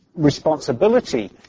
responsibility